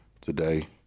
today